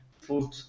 food